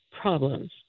problems